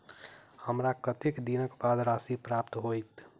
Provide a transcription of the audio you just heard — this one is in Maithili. हमरा कत्तेक दिनक बाद राशि प्राप्त होइत?